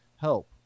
help